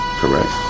correct